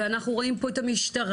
ואנחנו רואים פה את המשטרה,